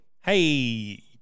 hey